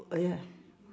oh ya